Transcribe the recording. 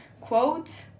quote